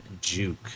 Juke